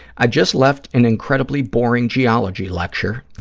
i just left an incredibly boring geology lecture,